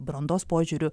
brandos požiūriu